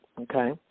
Okay